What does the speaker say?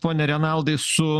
pone renaldai su